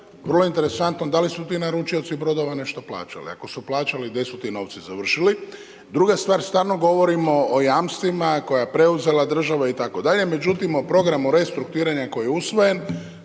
Vrlo interesantno da li su ti naručioci brodova nešto plaćali. Ako su plaćali gdje su ti novci završili? Druga stvar, stalno govorimo o jamstvima koja je preuzela država itd., međutim o programu restrukturiranja koji je usvojen